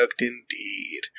indeed